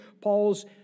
Paul's